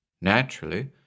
Naturally